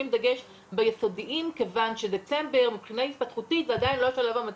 דגש ביסודיים כיוון שדצמבר מבחינה התפתחותית זה עדיין לא השלב המתאים.